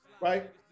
right